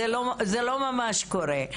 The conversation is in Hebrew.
זה לא ממש קורה,